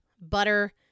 Butter